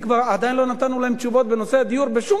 עדיין לא נתנו להם תשובות בנושא הדיור, בשום דבר.